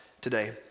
today